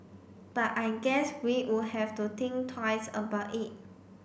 but I guess we would have to think twice about it